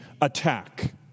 attack